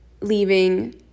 leaving